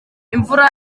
imvura